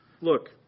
Look